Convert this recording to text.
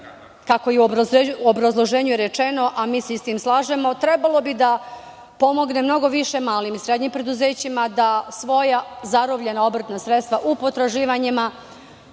rečeno i u obrazloženju, a sa time se slažemo, trebalo bi da pomogne mnogo više malim i srednjim preduzećima, da svoja zarobljena obrtna sredstva u potraživanjima